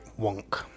wonk